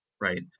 right